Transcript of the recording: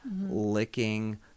licking